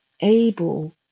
able